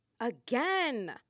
again